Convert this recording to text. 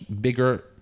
bigger